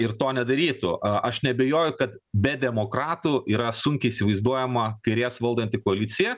ir to nedarytų aš neabejoju kad be demokratų yra sunkiai įsivaizduojama kairės valdanti koalicija